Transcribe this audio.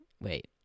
Wait